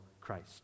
Christ